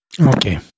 okay